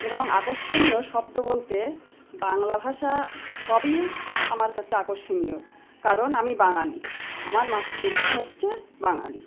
এবং আকর্ষণীয় শব্দ বলতে বাংলা ভাষা সবই আমার কাছে আকর্ষণীয় কারণ আমি বাঙালি আমার মাতৃভাষা হচ্ছে বাঙালি